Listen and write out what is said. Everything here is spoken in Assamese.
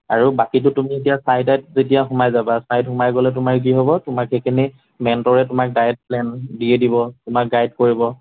আৰু বাকীটো তুমি এতিয়া চাইত সোমাই যাবা চাইত সোমাই গ'লে কি হ'ব তোমাৰ সেইখিনি মেণ্টৰে তোমাক ডায়েট প্লেন দিয়ে দিব তোমাক গাইড কৰিব